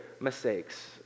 mistakes